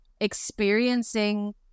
experiencing